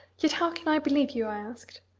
yet how can i believe you? i asked.